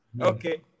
okay